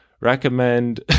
recommend